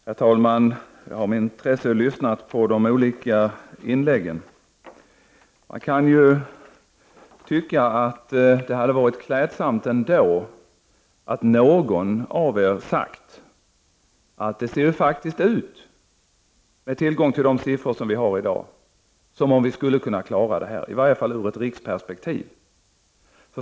Herr talman! Jag har med intresse lyssnat på de olika inläggen. Men det hade kanske ändå varit klädsamt om någon av er kunde säga att det, med utgångspunkt i de siffror som vi har i dag, faktiskt ser ut som om vi skulle kunna klara detta, i varje fall i ett riksperspektiv.